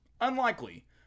Unlikely